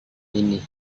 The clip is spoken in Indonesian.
ini